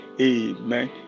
Amen